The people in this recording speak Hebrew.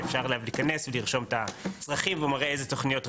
שאפשר להיכנס אליו ולרשום את הצרכים והוא מראה איזה תוכניות רלוונטיות.